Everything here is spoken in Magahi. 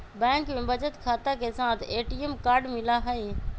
बैंक में बचत खाता के साथ ए.टी.एम कार्ड मिला हई